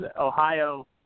Ohio